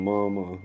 Mama